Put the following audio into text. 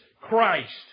Christ